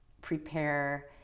prepare